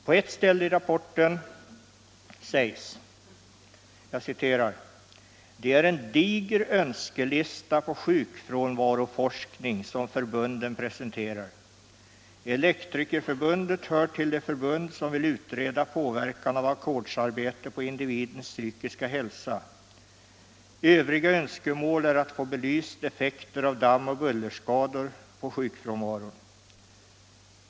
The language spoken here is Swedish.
På ett ställe i rapporten sägs följande: ”Det är en diger önskelista på sjukfrånvaroforskning som förbunden presenterar. Elektrikerförbundet hör till de förbund, som vill utreda påverkan av ackordsarbete på individens psykiska hälsa. Övriga önskemål är att få belyst effekter av damm och bullerskador på sjukfrånvaron.